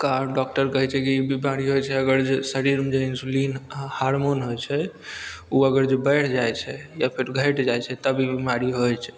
का डॉक्टर कहय छै की ई बीमारी रहय छै अगर जे शरीरमे जे इन्सुलीन हार्मोन होइ छै उ अगर जे बढ़ि जाइ छै या फिर घटि जाइ छै तब ई बीमारी होइ छै